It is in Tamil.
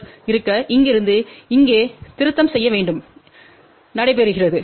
power transfer இருக்க இங்கிருந்து இங்கே திருத்தம் செய்ய வேண்டும் நடைபெறுகிறது